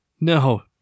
no